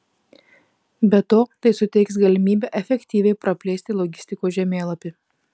be to tai suteiks galimybę efektyviai praplėsti logistikos žemėlapį